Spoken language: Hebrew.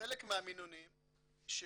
-- -חלק מהמינונים שהורדו,